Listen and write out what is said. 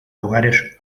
lugares